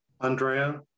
Andrea